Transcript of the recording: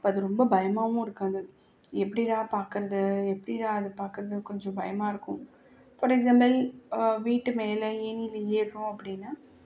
அது ரொம்ப பயமாகவும் இருக்கும் அது எப்படிடா பார்க்கறது எப்படிடா அது பார்க்கறதுன் கொஞ்சம் பயமாக இருக்கும் ஃபார் எக்ஸாம்பிள் வீட்டு மேலே ஏணியில் ஏர்றோம் அப்படின்னா